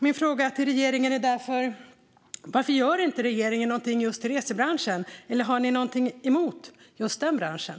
Min fråga till regeringen är därför: Varför gör inte regeringen någonting just för resebranschen, eller har ni någonting emot just den branschen?